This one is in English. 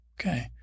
Okay